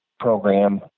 program